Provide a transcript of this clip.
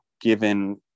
Given